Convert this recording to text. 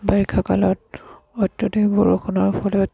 বাৰিষাকালত অত্যাধিক বৰষুণৰ ফলত